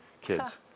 Kids